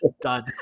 Done